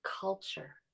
culture